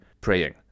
praying